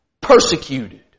persecuted